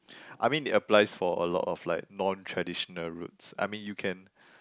I mean it applies for a lot of like non traditional routes I mean you can